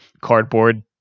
cardboard